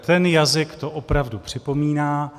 Ten jazyk to opravdu připomíná.